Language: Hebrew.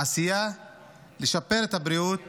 עשייה תשפר את הבריאות